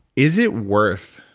is it worth,